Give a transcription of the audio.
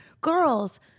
girls